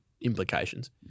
implications